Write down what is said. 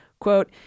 Quote